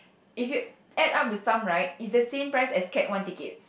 if you add up the sum right is the same price as cat one ticket